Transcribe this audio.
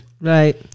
Right